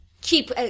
keep